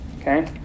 Okay